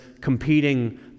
competing